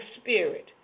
spirit